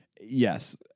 Yes